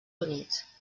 units